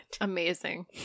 amazing